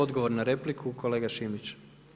Odgovor na repliku kolega Šimić.